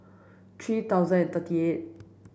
three thousand and thirty eight